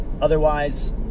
Otherwise